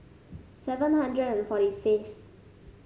seven hundred and forty fifth